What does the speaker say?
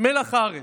מלח הארץ,